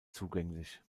zugänglich